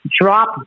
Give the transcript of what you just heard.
drop